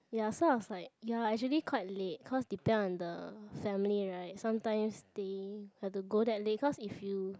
ya so I was like ya actually quite late cause depend on the family right sometimes they got to go there late cause if you